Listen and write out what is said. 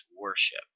worship